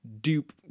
dupe